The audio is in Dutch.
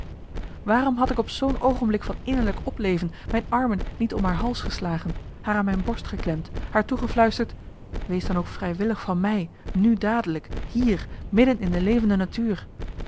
waarom had ik op zoo'n oogenblik van innerlijk opleven mijn armen niet om haar hals geslagen haar aan mijn borst geklemd haar toegefluisterd wees marcellus emants een nagelaten bekentenis dan ook vrijwillig van mij nu dadelijk hier midden in de levende natuur